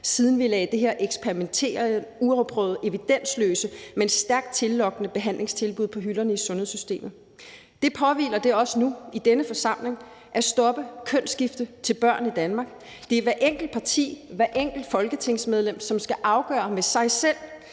siden vi lagde det her eksperimentelle, uafprøvede, evidensløse, men stærkt tillokkende behandlingstilbud på hylderne i sundhedssystemet. Det påhviler os nu i denne samling at stoppe kønsskifte til børn i Danmark. Det er hvert enkelt parti, hvert enkelt folketingsmedlem, som skal afgøre med sig selv,